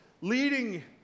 leading